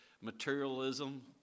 materialism